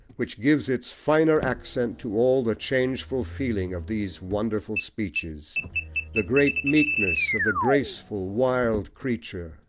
which gives its finer accent to all the changeful feeling of these wonderful speeches the great meekness of the graceful, wild creature,